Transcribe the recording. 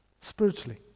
spiritually